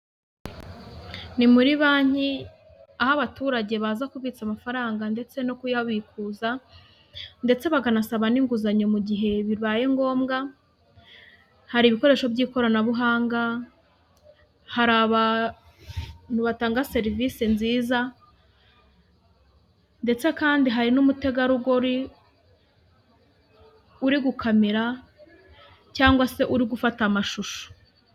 Ni muri banki aho abaturage baza kubitsa ndetse no kuyabikuza, ndetse bakanasaba n'inguzanyo mu gihe bibaye ngombwa. Hari ibikoresho by'ikoranabuhanga. Hari abantu batanga serivisi nziza. Ndetse kandi hari n'umutegarugori uri gukamera, cyangwa se uri gufata amashusho.